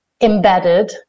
embedded